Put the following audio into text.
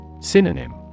Synonym